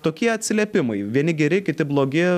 tokie atsiliepimai vieni geri kiti blogi